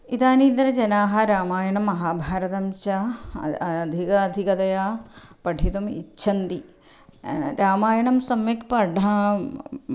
इदानीन्तनजनाः रामायणं महाभारतं च अधिकाधिकतया पठितुम् इच्छन्ति रामायणं सम्यक् पठामः